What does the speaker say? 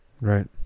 right